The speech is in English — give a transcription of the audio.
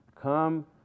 Come